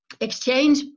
exchange